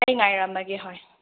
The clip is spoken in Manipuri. ꯑꯩ ꯉꯥꯏꯔꯝꯃꯒꯦ ꯍꯣꯏ